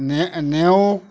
নে নেওগ